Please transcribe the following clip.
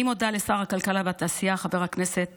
אני מודה לשר הכלכלה והתעשייה חבר הכנסת